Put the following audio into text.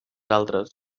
altres